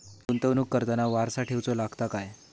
गुंतवणूक करताना वारसा ठेवचो लागता काय?